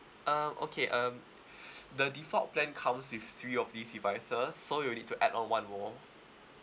um okay um the default plan comes with three of these devices so you'll need to add on one more